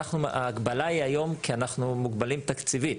ההגבלה היא היום כי אנחנו מוגבלים תקציבית.